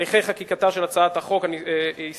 הליכי חקיקתה של הצעת החוק הסתיימו,